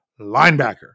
linebacker